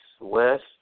west